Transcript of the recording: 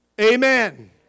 Amen